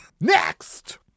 Next